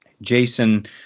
Jason